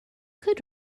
could